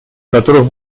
которых